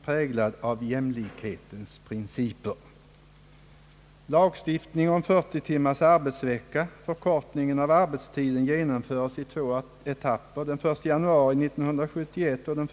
präglad av jämlikhetens principer.